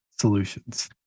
solutions